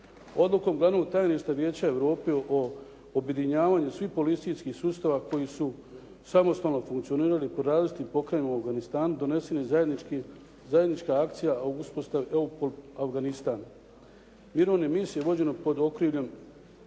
Odlukom glavnog tajništva Vijeća Europe o objedinjavanju svih policijskih sustava koji su samostalno funkcionirali u različitim pokrajinama u Afganistanu, donesena je zajednička akcija o uspostavi Afganistan. Mirovna misija vođena pod okriljem